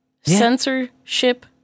Censorship